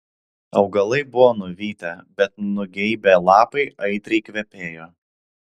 augalai buvo nuvytę bet nugeibę lapai aitriai kvepėjo